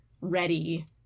ready